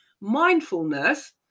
Mindfulness